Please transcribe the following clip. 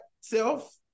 self